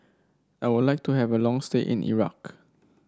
I would like to have a long stay in Iraq